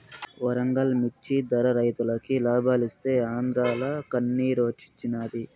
వరంగల్ మిచ్చి ధర రైతులకి లాబాలిస్తీ ఆంద్రాల కన్నిరోచ్చినాది